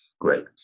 Great